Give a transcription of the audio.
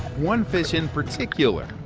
one fish in particular,